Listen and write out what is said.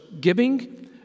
giving